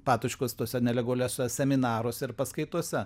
patočkos tuose nelegaliuose seminaruose ir paskaitose